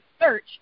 search